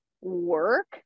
work